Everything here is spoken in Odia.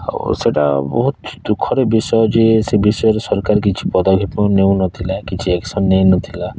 ଆଉ ସେଇଟା ବହୁତ ଦୁଃଖର ବିଷୟ ଯେ ସେ ବିଷୟରେ ସରକାର କିଛି ପଦକ୍ଷେପ ନେଉନଥିଲେ କିଛି ଆକ୍ସନ୍ ନେଇନଥିଲା